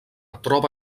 troba